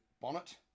bonnet